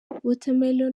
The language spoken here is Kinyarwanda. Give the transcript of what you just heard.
watermelon